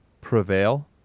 prevail